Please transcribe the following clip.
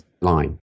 line